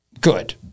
Good